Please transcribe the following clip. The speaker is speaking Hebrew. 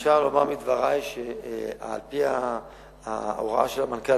אפשר לומר מדברי שעל-פי ההוראה של המנכ"ל,